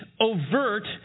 overt